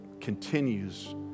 continues